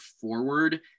forward